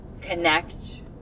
connect